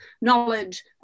knowledge